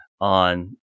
on